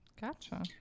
Gotcha